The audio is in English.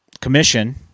commission